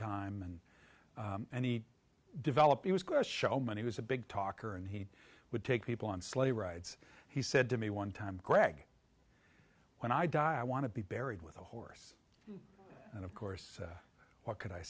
time and any develop he was great showman he was a big talker and he would take people on sleigh rides he said to me one time gregg when i die i want to be buried with a horse and of course what c